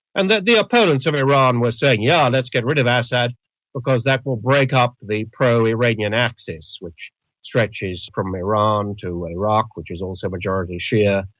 and the the opponents of iran were saying, yes, yeah and let's get rid of assad because that will break up the pro-iranian axis which stretches from iran to iraq, which is also majority shia,